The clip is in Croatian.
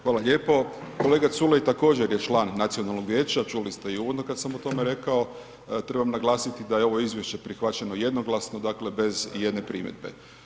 Hvala lijepo, kolega Culej također je član nacionalnog vijeća čuli ste i uvodno kad sam o tome rekao, trebam naglasiti da je ovo izvješće prihvaćeno jednoglasno, dakle bez ijedne primjedbe.